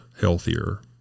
healthier